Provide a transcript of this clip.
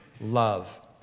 love